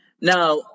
Now